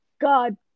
God